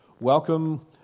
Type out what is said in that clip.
welcome